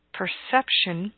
perception